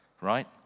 right